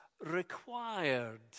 required